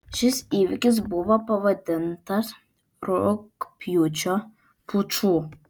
šis įvykis buvo pavadintas rugpjūčio puču